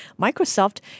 Microsoft